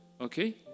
Okay